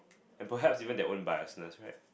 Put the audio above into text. and perhaps even their own biasness right